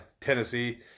Tennessee